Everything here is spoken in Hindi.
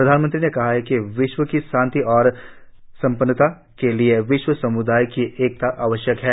प्रधानमंत्री ने कहा कि विश्व की शांति और संपन्नता के लिए विश्व सम्दाय की एकता आवश्यक है